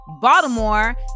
Baltimore